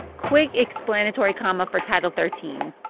quick explanatory comma for title thirteen.